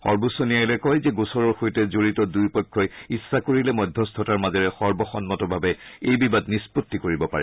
সৰ্বোচ্চ ন্যায়ালয়ে কয় যে গোচৰৰ সৈতে জড়িত দুয়ো পক্ষই ইচ্ছা কৰিলে মধ্যস্থতাৰ মাজেৰে সৰ্বসন্মতভাৱে এই বিবাদ নিম্পত্তি কৰিব পাৰে